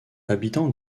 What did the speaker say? habitant